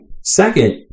Second